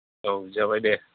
औ जाबाय दे